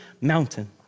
mountain